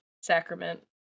Sacrament